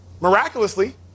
miraculously